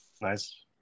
Nice